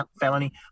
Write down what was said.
felony